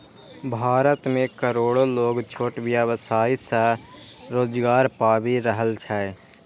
भारत मे करोड़ो लोग छोट व्यवसाय सं रोजगार पाबि रहल छै